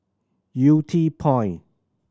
Yew Tee Point